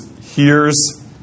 hears